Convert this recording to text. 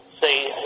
say